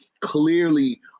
clearly